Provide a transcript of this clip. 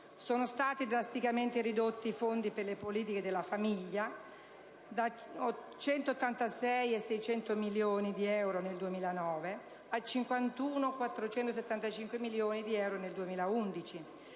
Sono stati drasticamente ridotti i Fondi per le politiche della famiglia (da 186,6 milioni di euro nel 2009 a 51,475 milioni di euro del 2011),